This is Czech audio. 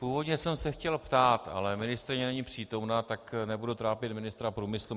Původně jsem se chtěl ptát, ale ministryně není přítomna, tak nebudu trápit ministra průmyslu.